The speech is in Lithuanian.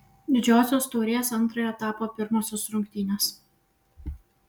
didžiosios taurės antrojo etapo pirmosios rungtynės